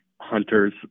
hunters